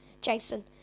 Jason